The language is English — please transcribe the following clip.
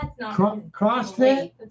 Crossfit